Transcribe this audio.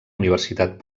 universitat